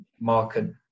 market